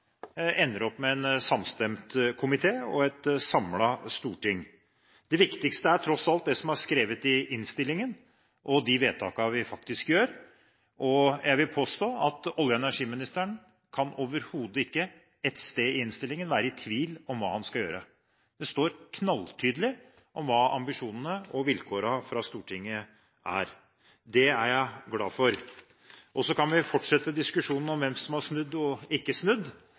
ender med en samstemt komité og et samlet storting. Det viktigste er tross alt det som er skrevet i innstillingen, og de vedtakene vi gjør. Jeg vil påstå at olje- og energiministeren ikke ett sted i innstillingen overhodet kan være i tvil om hva han skal gjøre. Det står knalltydelig hva Stortingets ambisjoner og vilkår er. Det er jeg glad for. Så kan vi fortsette diskusjonen om hvem som har snudd, og hvem som ikke har snudd